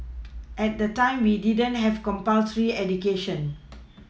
at that time we didn't have compulsory education